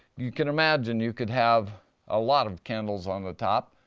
you can imagine you could have a lot of candles on the top.